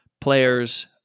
players